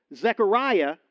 Zechariah